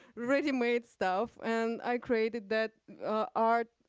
ready-made stuff. and i created that art,